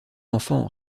enfant